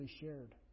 shared